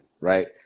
Right